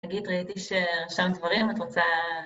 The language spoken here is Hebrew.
חגית, ראיתי שרשמת דברים, את רוצה...